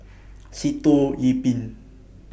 Sitoh Yih Pin